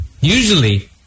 Usually